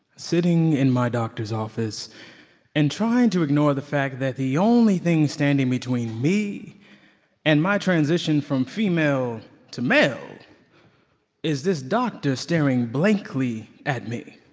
sitting in my doctor's office and trying to ignore the fact that the only thing standing between me and my transition from female to male is this doctor staring blankly at me,